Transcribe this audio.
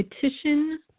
petition